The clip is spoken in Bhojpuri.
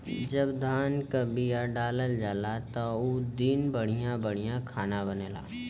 जब धान क बिया डालल जाला त उ दिन बढ़िया बढ़िया खाना बनला